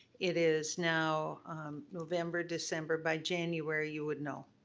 it is now november, december, by january you would know,